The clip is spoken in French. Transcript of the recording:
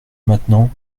maintenant